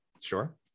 Sure